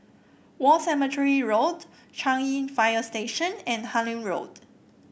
War Cemetery Road Changi Fire Station and Harlyn Road